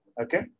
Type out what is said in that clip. Okay